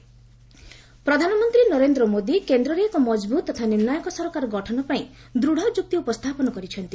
PM Amroha rally ପ୍ରଧାନମନ୍ତ୍ରୀ ନରେନ୍ଦ୍ର ମୋଦି କେନ୍ଦ୍ରରେ ଏକ ମଜଭୁତ ତଥା ନିର୍ଣ୍ଣାୟକ ସରକାର ଗଠନ ପାଇଁ ଦୃଢ଼ ଯୁକ୍ତି ଉପସ୍ଥାପନ କରିଛନ୍ତି